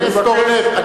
אורי, אמרתי.